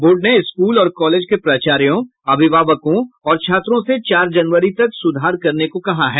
board ने school और college के प्राचार्यों अभिभावकों और छात्रों से चार जनवरी तक सुधार करने को कहा है